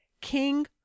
king